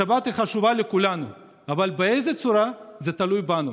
השבת חשובה לכולנו, אבל באיזו צורה, זה תלוי בנו.